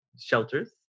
shelters